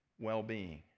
well-being